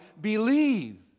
believe